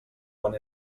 quan